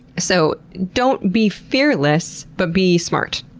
so don't be fearless, but be smart.